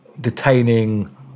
detaining